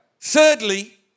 Thirdly